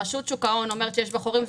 רשות שוק ההון אומרת שיש בה חורים,